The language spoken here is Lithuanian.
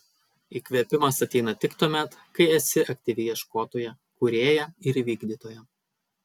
įkvėpimas ateina tik tuomet kai esi aktyvi ieškotoja kūrėja ir vykdytoja